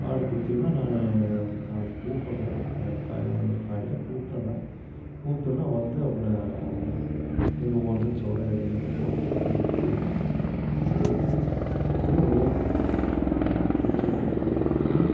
card கொடுத்தீனியா நான் நாளைக்கு கூப்பிட்றேன் ஆ காலையில் எழுந்து காலையில் கூப்பிட்டுர்றேன் கூப்பிட்டொன்னே வந்து அப்புறம் எங்கே போகிறதுனு சொல்கிறேன் எது எங்கெங்க போகிறதுனு அங்கெல்லாம் போய்விட்டு வந்துக்கலாம் போய் எப்பவுமே உன்னையே கூப்பிட்றேம்பா எனக்கு உன்னை பிடிச்ச ஒன்று ம்